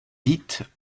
dites